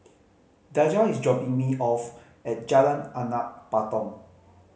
Daja is dropping me off at Jalan Anak Patong